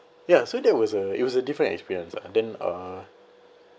ya so that was a it was a different experience lah then uh